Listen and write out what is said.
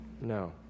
No